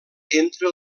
entre